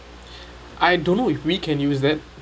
I don't know if we can use that